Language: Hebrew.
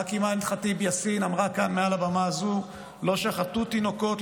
חברת הכנסת אימאן יאסין אמרה כאן מעל הבמה הזאת: לא שחטו תינוקות,